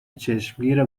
چشمگیر